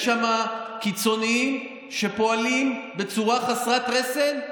יש שם קיצונים שפועלים בצורה חסרת רסן,